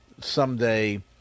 someday